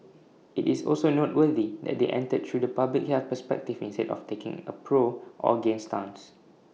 IT is also noteworthy that they entered through the public health perspective instead of taking A pro or against stance